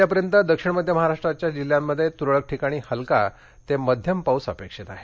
उद्यापर्यंत दक्षिण मध्य महाराष्ट्राच्या जिल्ह्यांमध्ये तुरळक ठिकाणी हलका ते मध्यम पाउस अपेक्षित आहे